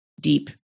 deep